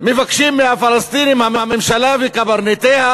מבקשים מהפלסטינים הממשלה וקברניטיה,